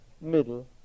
middle